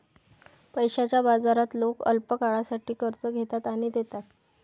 पैशाच्या बाजारात लोक अल्पकाळासाठी कर्ज घेतात आणि देतात